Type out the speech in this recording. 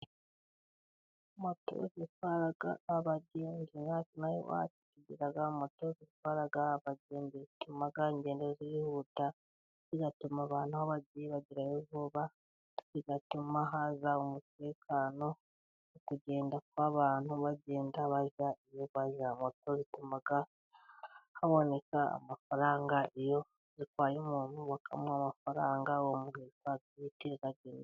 Moto zitwara abagenzi, natwe ino aha iwacu tugira moto zitwara abagenzi. Zituma ingendo zihuta, zigatuma abantu aho bagiye bagerayo vuba, bigatuma haza umutekano mu kugenda kw'abantu bagenda bajya iyo bajya, moto zituma haboneka amafaranga, iyo zitwaye umuntu bakamuha amafaranga, uwo muntu bituma ubuzima bugenda.